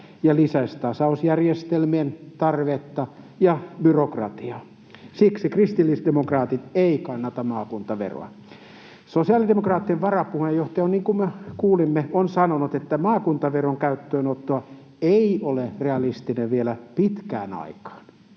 ja lisäisi tasausjärjestelmien tarvetta ja byrokratiaa. Siksi kristillisdemokraatit eivät kannata maakuntaveroa. Sosiaalidemokraattien varapuheenjohtaja, niin kuin me kuulimme, on sanonut, että maakuntaveron käyttöönotto ei ole realistinen vielä pitkään aikaan.